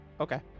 Okay